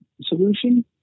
solution